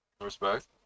Respect